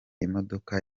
imodoka